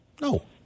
No